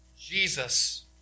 Jesus